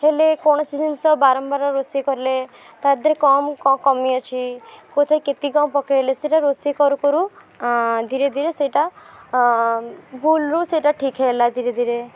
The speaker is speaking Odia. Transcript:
ହେଲେ କୌଣସି ଜିନିଷ ବାରମ୍ବାର ରୋଷେଇ କଲେ ତା ଦିହରେ କ'ଣ କମି ଅଛି କେଉଁଥିରେ କେତିକି କ'ଣ ପକେଇଲେ ସେଇଟା ରୋଷେଇ କରୁ କରୁ ଧୀରେ ଧୀରେ ସେଇଟା ଭୁଲରୁ ସେଇଟା ଠିକ୍ ହେଲା ଧୀରେ ଧୀରେ